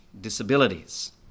disabilities